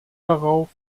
darauf